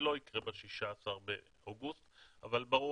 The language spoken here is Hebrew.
זה לא יקרה ב-16 באוגוסט אבל ברור